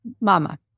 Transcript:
mama